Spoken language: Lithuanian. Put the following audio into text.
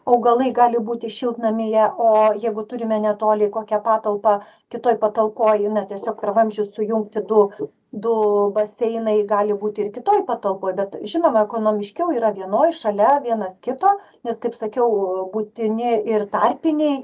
augalai gali būti šiltnamyje o jeigu turime netoli kokią patalpą kitoj patalpoj na tiesiog vamzdžių sujungti du du baseinai gali būti ir kitoj patalpoj bet žinoma ekonomiškiau yra vienoj šalia vienas kito nes kaip sakiau būtini ir tarpiniai